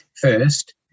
first